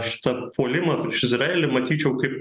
šitą puolimą prieš izraelį matyčiau kaip